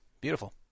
Beautiful